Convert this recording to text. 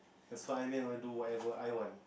that's what I meant I do whatever I want